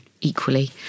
equally